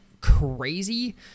crazy